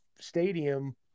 stadium